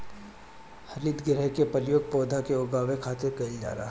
हरितगृह के उपयोग पौधा के उगावे खातिर कईल जाला